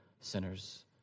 Sinners